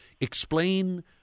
Explain